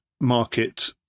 market